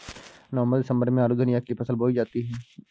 नवम्बर दिसम्बर में आलू धनिया की फसल बोई जाती है?